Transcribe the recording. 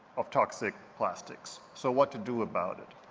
of toxic plastics. so, what to do about it?